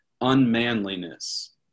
unmanliness